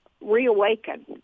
reawaken